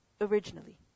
originally